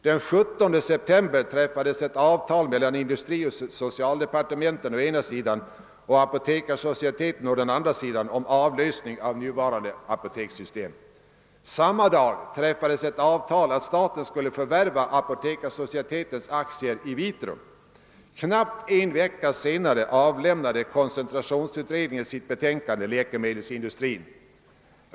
Den 17 september träffades ett avtal mellan å ena sidan industrioch socialdepartementen och å andra sidan Apotekar societeten om avlösning av nuvarande apotekssystem. Samma dag träffades ett avtal om att staten skulle förvärva Apotekarsocietetens aktier i Vitrum. Knappt en: vecka senare avlämnade koncentrationsutredningen sitt betänkande »Läkemedelsindustrin».